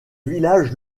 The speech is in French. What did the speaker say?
village